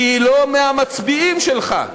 כי היא לא מהמצביעים שלך.